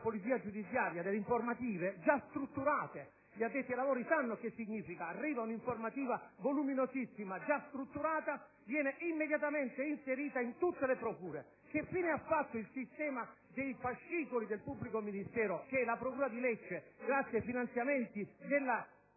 polizia giudiziaria, delle informative già strutturate. Gli addetti ai lavori sanno che cosa ciò significa: quando arriva una informativa voluminosissima già strutturata, viene immediatamente inserita in tutte le procure. Che fine ha fatto il sistema dei fascicoli del pubblico ministero che la procura di Lecce, grazie ai finanziamenti della